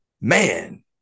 Man